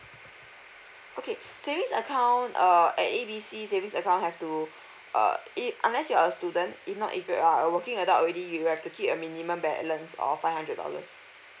okay savings account uh at A B C savings account have to uh it unless you're a student if not if you're a working adult already you have to keep a minimum balance or five hundred dollars